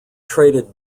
traded